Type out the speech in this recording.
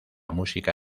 música